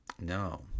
No